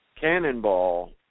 cannonball